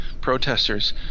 protesters